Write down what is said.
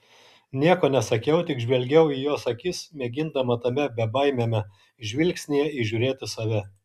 nieko nesakiau tik žvelgiau į jos akis mėgindama tame bebaimiame žvilgsnyje įžiūrėti save